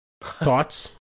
Thoughts